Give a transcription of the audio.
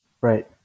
Right